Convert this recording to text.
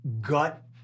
gut